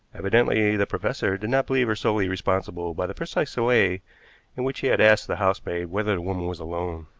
evidently the professor did not believe her solely responsible by the precise way in which he had asked the housemaid whether the woman was alone.